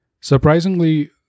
Surprisingly